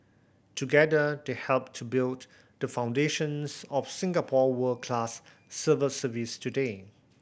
together they helped to build the foundations of Singapore world class civil service today